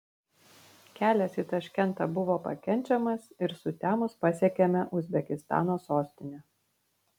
kelias į taškentą buvo pakenčiamas ir sutemus pasiekėme uzbekistano sostinę